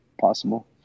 possible